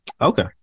Okay